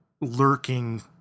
lurking